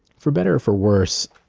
for better or for worse,